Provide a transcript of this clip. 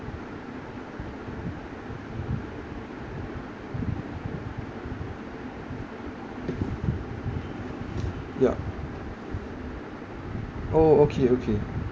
yup oh okay okay